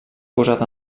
posat